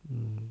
嗯嗯